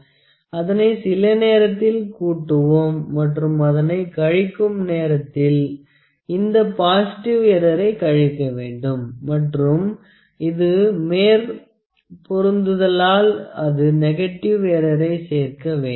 10 இருந்தால் அதனை சில நேரத்தில் கூட்டுவோம் மற்றும் அதனை கழிக்கும் நேரத்தில் இந்த பாசிட்டிவ் எற்றறை கழிக்க வேண்டும் மற்றும் இது மேற்பொருந்துதலாள் அது நெகட்டிவ் எற்றரை சேர்க்க வேண்டும்